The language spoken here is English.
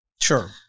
Sure